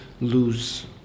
lose